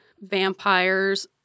vampires